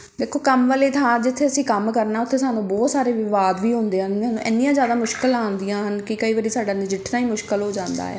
ਦੇਖੋ ਕੰਮ ਵਾਲੇ ਥਾਂ ਜਿੱਥੇ ਅਸੀਂ ਕੰਮ ਕਰਨਾ ਉੱਥੇ ਸਾਨੂੰ ਬਹੁਤ ਸਾਰੇ ਵਿਵਾਦ ਵੀ ਹੁੰਦੇ ਹਨ ਐਨੀਆਂ ਜ਼ਿਆਦਾ ਮੁਸ਼ਕਲਾਂ ਆਉਂਦੀਆਂ ਹਨ ਕਿ ਕਈ ਵਾਰੀ ਸਾਡਾ ਨਜਿੱਠਣਾ ਹੀ ਮੁਸ਼ਕਲ ਹੋ ਜਾਂਦਾ ਹੈ